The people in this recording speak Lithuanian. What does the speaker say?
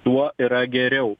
tuo yra geriau